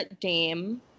Dame